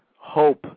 hope